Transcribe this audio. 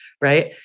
Right